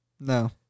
No